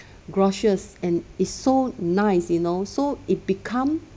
gorgeous and it's so nice you know so it become